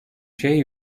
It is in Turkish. şey